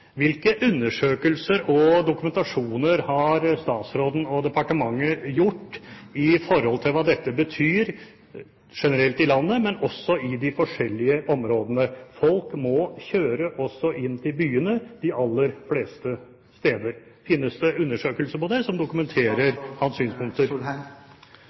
Hvilke undersøkelser og dokumentasjoner har statsråden og departementet gjort om hva dette betyr generelt i landet, men også i de forskjellige områdene? Folk må kjøre også inn til byene de aller fleste steder. Finnes det undersøkelser om det som dokumenterer hans synspunkter? Ja, det